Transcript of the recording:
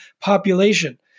population